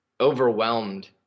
overwhelmed